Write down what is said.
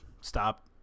stop